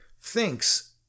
thinks